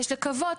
יש לקוות,